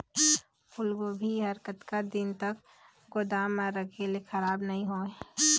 फूलगोभी हर कतका दिन तक गोदाम म रखे ले खराब नई होय?